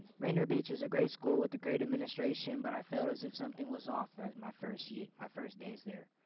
rainer beach is a grade school with the great administration. but i felt as if something was off. my first year my first days there.